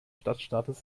stadtstaats